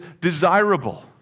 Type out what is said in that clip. desirable